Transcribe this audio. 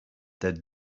that